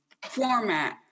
format